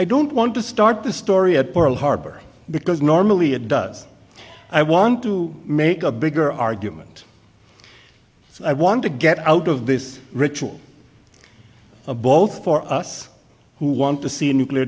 i don't want to start the story at pearl harbor because normally it does i want to make a bigger argument so i want to get out of this ritual of both for us who want to see nuclear